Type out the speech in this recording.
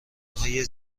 های